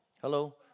Hello